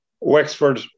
Wexford